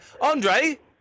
Andre